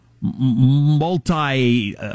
multi